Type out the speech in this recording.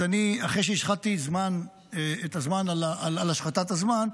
אחרי שהשחתִּי את הזמן על השחתת הזמן,